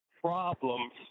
problems